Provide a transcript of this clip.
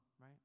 right